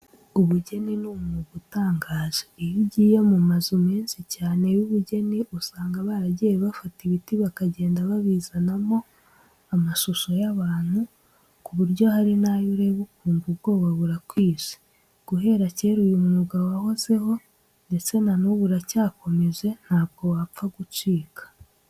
Ubugeni ni umwuga utangaje. Iyo ugiye mu mazu menshi cyane y'ubugeni usanga baragiye bafata ibiti bakagenda babibazamo amashusho y'abantu ku buryo hari n'ayo ureba ukumva ubwoba burakwishe. Guhera kera uyu mwuga wahozeho ndetse na n'ubu uracyakomeje ntabwo wapfa gucika.